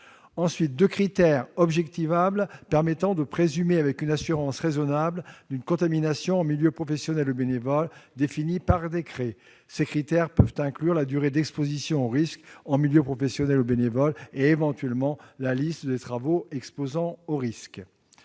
que des critères objectivables permettant de présumer raisonnablement d'une contamination en milieu professionnel ou bénévole. Ces critères peuvent inclure la durée d'exposition au risque en milieu professionnel ou bénévole et, éventuellement, la liste des travaux exposant au risque.